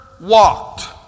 Walked